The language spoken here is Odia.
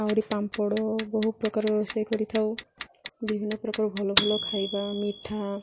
ଆହୁରି ପାମ୍ପଡ଼ ବହୁ ପ୍ରକାର ରୋଷେଇ କରିଥାଉ ବିଭିନ୍ନ ପ୍ରକାର ଭଲ ଭଲ ଖାଇବା ମିଠା